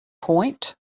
point